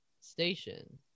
station